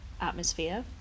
atmosphere